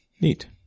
neat